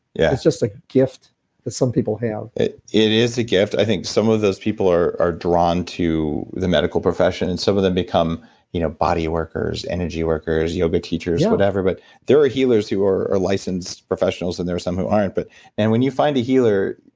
yeah it's just a gift that some people have it it is a gift. i think some of those people are are drawn to the medical profession, and some of them become you know body workers, energy workers, yoga teachers, whatever. but there are healers who are are licensed professionals, and there are some who aren't. but and when you find a healer,